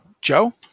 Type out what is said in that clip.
Joe